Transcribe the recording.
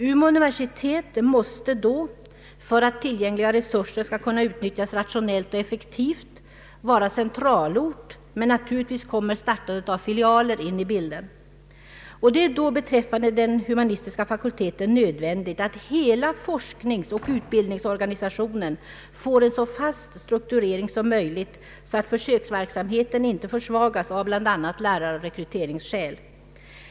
Umeå universitet måste då för att tillgängliga resurser skall kunna utnyttjas rationellt och effektivt vara centralort, men naturligtvis kommer stariandet av filialer in i bilden. Det är då beträffande den humanistiska fakulteten nödvändigt att hela forskningsoch utbildningsorganisationen får en så fast strukturering som möjligt så att försöksverksamhten inte försvagas av bl.a. lärarrekryteringsskäl.